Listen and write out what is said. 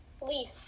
Leaf